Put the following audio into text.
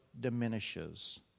diminishes